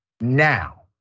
now